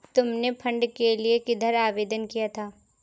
तुमने फंड के लिए किधर आवेदन किया था?